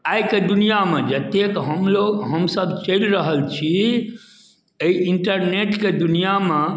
आइ कऽ दुनिआँमे जतेक हमलोक हमसभ चलि रहल छी एहि इन्टरनेटके दुनिआँमे